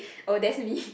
oh that's me